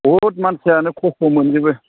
बहुद मानसियानो खस्त' मोनजोबो